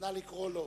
נא לקרוא לו.